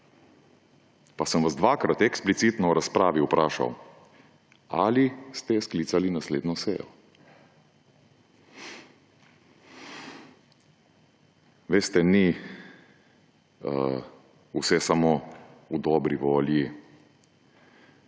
Pa sem vas dvakrat eksplicitno v razpravi vprašal, ali ste sklicali naslednjo sejo. Veste, ni vse samo v dobri volji,